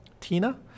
Tina